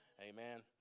Amen